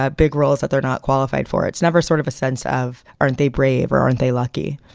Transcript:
ah big roles that they're not qualified for, it's never sort of a sense of aren't they brave or aren't they lucky?